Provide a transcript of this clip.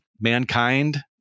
mankind